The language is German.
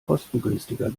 kostengünstiger